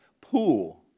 pool